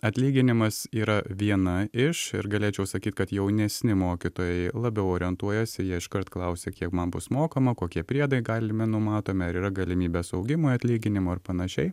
atlyginimas yra viena iš ir galėčiau sakyt kad jaunesni mokytojai labiau orientuojasi jie iškart klausia kiek man bus mokama kokie priedai galime numatome ar yra galimybės augimui atlyginimų ar panašiai